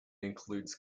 includes